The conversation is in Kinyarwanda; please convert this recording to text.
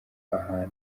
ahantu